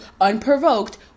unprovoked